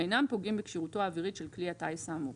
אינם פוגעים בכשירותו האווירית של כלי הטיס האמור,